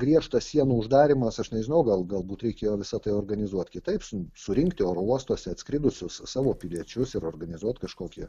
griežtas sienų uždarymas aš nežinau gal galbūt reikėjo visa tai organizuot kitaip su surinkti oro uostuose atskridusius savo piliečius ir organizuot kažkokį